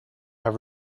have